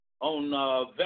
On